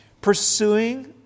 Pursuing